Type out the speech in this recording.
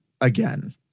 again